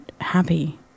happy